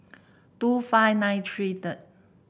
two five nine three third